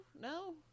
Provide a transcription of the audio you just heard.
No